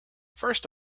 first